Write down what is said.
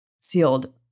sealed